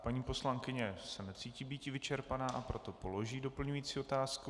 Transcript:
Paní poslankyně se necítí býti vyčerpaná, a proto položí doplňující otázku.